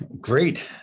Great